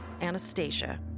Anastasia